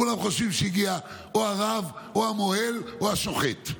כולם חושבים שהגיע או הרב או המוהל או השוחט.